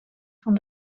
van